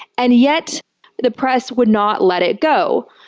and yet the press would not let it go.